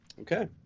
okay